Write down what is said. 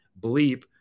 bleep